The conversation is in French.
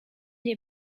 est